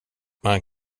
man